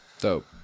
Dope